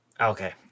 Okay